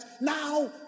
now